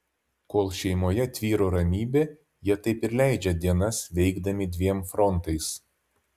kol šeimoje tvyro ramybė jie taip ir leidžia dienas veikdami dviem frontais